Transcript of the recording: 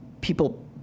people